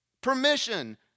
permission